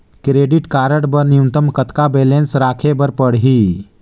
Credit card बर न्यूनतम कतका बैलेंस राखे बर पड़ही?